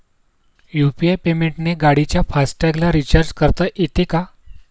UPI पेमेंटने गाडीच्या fast टॅगला रिर्चाज करता येते का?